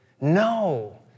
No